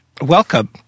Welcome